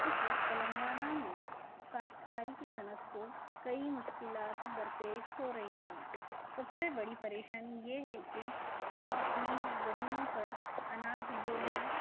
اس وقت تلنگانہ میں کاشتکاری کی صنعت کو کئی مشکلات درپیش ہو رہی ہیں سب سے بڑی پریشانی یہ ہے کہ وہ اپنی زمینوں پر اناج بونا